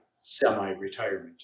semi-retirement